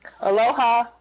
Aloha